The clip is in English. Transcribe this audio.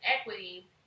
equity